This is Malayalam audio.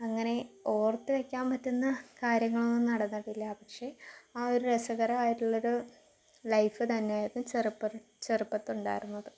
അങ്ങനെ ഓർത്തു വെയ്ക്കാൻ പറ്റുന്ന കാര്യങ്ങളൊന്നും നടന്നിട്ടില്ല പക്ഷെ ആ ഒരു രസകരമായിട്ടുള്ളൊരു ലൈഫ് തന്നെയായിരുന്നു ചെറുപ്പം ചെറുപ്പത്തിലുണ്ടായിരുന്നത്